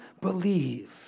believe